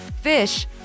fish